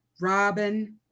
Robin